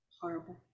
Horrible